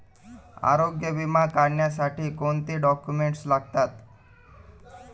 आरोग्य विमा काढण्यासाठी कोणते डॉक्युमेंट्स लागतात?